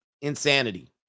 Insanity